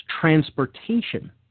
transportation